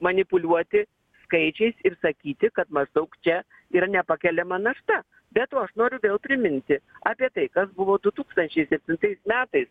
manipuliuoti skaičiais ir sakyti kad maždaug čia yra nepakeliama našta be to aš noriu vėl priminti apie tai kas buvo du tūkstančiai septintais metais